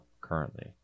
currently